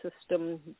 system